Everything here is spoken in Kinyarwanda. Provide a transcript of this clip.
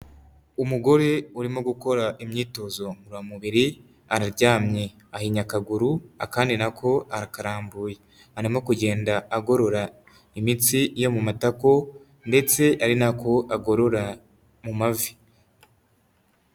Umugore urimo gukora imyitozo ngororamubiri, araryamye, ahinynye akaguru, akandi na ko arakarambuye, arimo kugenda agorora imitsi yo mu matako ndetse ari nako agorora mu mavi.